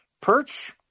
Perch